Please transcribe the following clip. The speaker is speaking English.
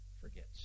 forgets